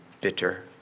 bitter